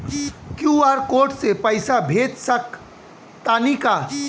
QR code से पईसा भेज सक तानी का?